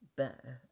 better